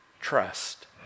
trust